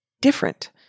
different